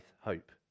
hope